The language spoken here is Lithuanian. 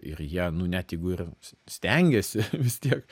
ir jie nu net jeigu ir stengiasi vis tiek